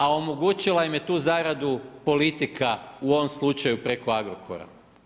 A omogućila im je tu zaradu politika u ovom slučaju preko Agrokora.